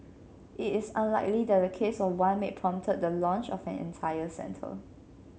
it is unlikely that the case of one maid prompted the launch of an entire center